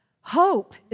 Hope